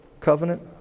Covenant